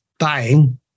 Dying